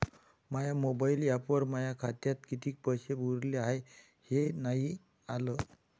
माया mobile ॲपवर माया खात्यात किती पैसे उरले हाय हे नाही आलं